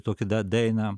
tokį da daina